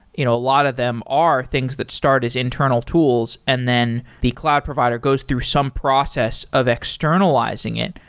you know a lot of them are things that start as internal tools and then the cloud provider goes through some process of externalizing it,